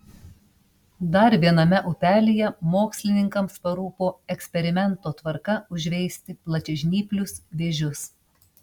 dar viename upelyje mokslininkams parūpo eksperimento tvarka užveisti plačiažnyplius vėžius